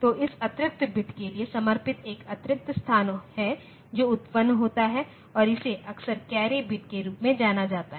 तो इस अतिरिक्त बिट के लिए समर्पित एक अतिरिक्त स्थान है जो उत्पन्न होता है और इसे अक्सर कैरी बिट के रूप में जाना जाता है